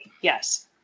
yes